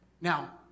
Now